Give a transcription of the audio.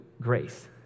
grace